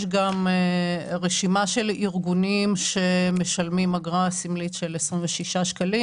גם רשימה של ארגונים שמשלמים אגרה סמלית של 26 ₪.